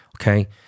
okay